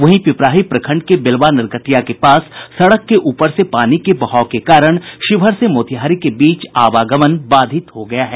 वहीं पिपराही प्रखंड के बेलवा नरकटिया के पास सड़क के ऊपर से पानी के बहाव के कारण शिवहर से मोतिहारी के बीच आवागमन बाधित हो गया है